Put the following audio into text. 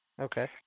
Okay